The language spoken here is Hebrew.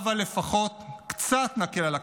הבה לפחות נקל קצת את הכאב.